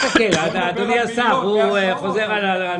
אדוני השר, הוא חוזר על דבריו.